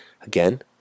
Again